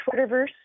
Twitterverse